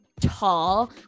tall